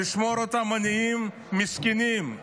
לשמור אותם עניים, מסכנים,